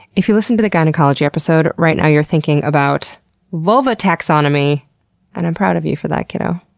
if you listened to the gynecology episode, right now you're thinking about vulva taxonomy and i'm proud of you for that, kiddo.